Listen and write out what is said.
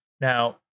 Now